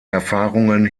erfahrungen